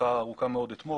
שיחה ארוכה מאוד איתם